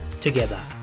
together